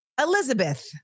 Elizabeth